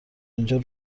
اینجا